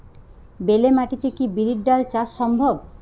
বেলে মাটিতে কি বিরির ডাল চাষ সম্ভব?